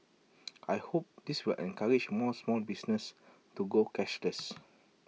I hope this will encourage more small businesses to go cashless